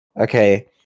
Okay